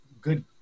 good